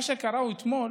מה שקרה אתמול